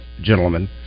gentlemen